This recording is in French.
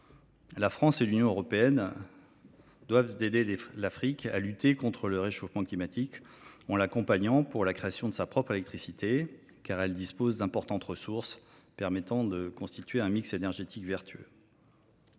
La France et l’Union européenne doivent aider l’Afrique à lutter contre le réchauffement climatique en l’accompagnant dans la création de sa propre électricité, car elle dispose d’importantes ressources permettant de constituer un mix énergétique vertueux.